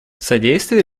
содействие